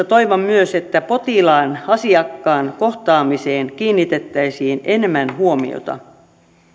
toivon myös että lääkärikoulutuksessa potilaan asiakkaan kohtaamiseen kiinnitettäisiin enemmän huomiota